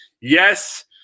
yes